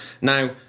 Now